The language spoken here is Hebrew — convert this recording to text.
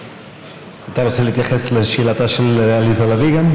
אתה רוצה להתייחס לשאלתה של עליזה לביא גם?